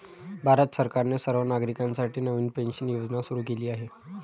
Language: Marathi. भारत सरकारने सर्व नागरिकांसाठी नवीन पेन्शन योजना सुरू केली आहे